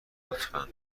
لطفا